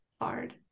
hard